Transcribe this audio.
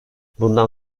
bundan